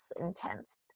intense